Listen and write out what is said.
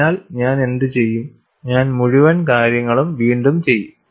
അതിനാൽ ഞാൻ എന്തുചെയ്യും ഞാൻ മുഴുവൻ കാര്യങ്ങളും വീണ്ടും ചെയ്യും